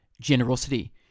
Generosity